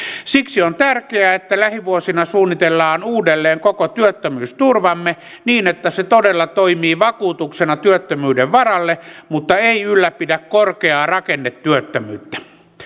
siksi on tärkeää että lähivuosina suunnitellaan uudelleen koko työttömyysturvamme niin että se todella toimii vakuutuksena työttömyyden varalle mutta ei ylläpidä korkeaa rakennetyöttömyyttä